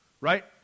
right